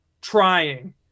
trying